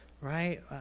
right